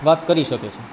વાત કરી શકે છે